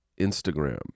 Instagram